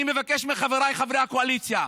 אני מבקש מחבריי חברי הקואליציה,